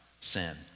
sin